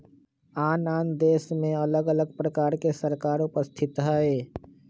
आन आन देशमें अलग अलग प्रकार के सरकार उपस्थित हइ